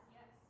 Yes